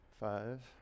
Five